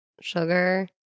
sugar